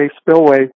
Spillway